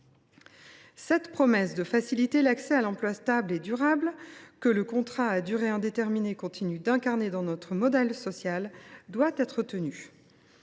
La promesse de faciliter l’accès à l’emploi stable et durable, que le contrat à durée indéterminée continue d’incarner dans notre modèle social, doit être tenue.